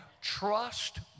Trust